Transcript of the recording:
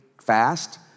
fast